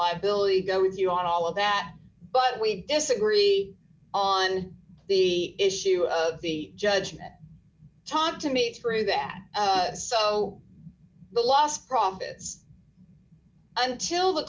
liability go with you on all of that but we disagree on the issue of the judge talk to me through that so the lost profits until the